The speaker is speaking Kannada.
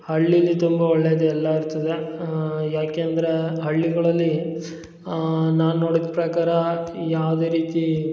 ಹಳ್ಳಿಲಿ ತುಂಬ ಒಳ್ಳೆಯದು ಎಲ್ಲ ಇರ್ತದೆ ಯಾಕೆ ಅಂದ್ರೆ ಹಳ್ಳಿಗಳಲ್ಲಿ ನಾನು ನೋಡಿದ ಪ್ರಕಾರ ಯಾವುದೇ ರೀತಿ